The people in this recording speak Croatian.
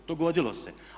Dogodilo se.